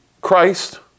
Christ